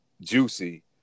juicy